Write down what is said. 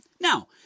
Now